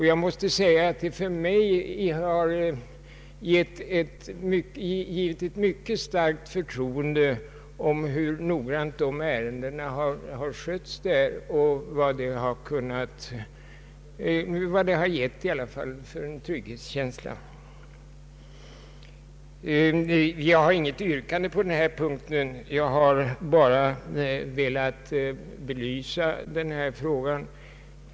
Jag måste framhålla att det har givit mig ett mycket starkt förtroende för den noggrannhet med vilken ärendena behandlats inom departementet. Jag har inte något yrkande på denna punkt. Jag har bara velat belysa denna fråga.